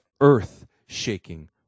earth-shaking